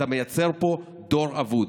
אתה מייצר פה דור אבוד.